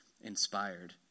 inspired